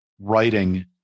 writing